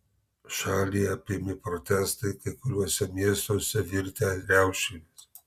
šalį apėmė protestai kai kuriuose miestuose virtę riaušėmis